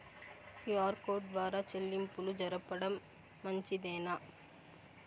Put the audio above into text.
QR code ద్వారా చెల్లింపులు జరపడం మంచిదేనా?